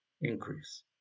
increase